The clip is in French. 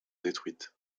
détruites